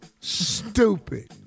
stupid